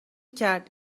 کرد